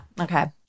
okay